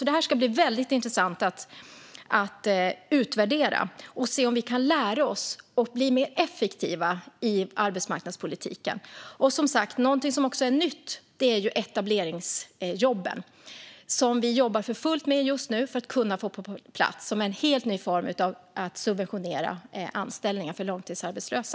Det ska bli väldigt intressant att utvärdera det här och se om vi kan lära oss av det för att bli mer effektiva i arbetsmarknadspolitiken. Något som också är nytt är som sagt etableringsjobben, som vi just nu jobbar för fullt med att få på plats som en helt ny form av subventionerad anställning för långtidsarbetslösa.